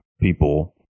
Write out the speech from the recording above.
people